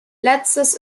letztes